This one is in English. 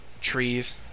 trees